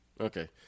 Okay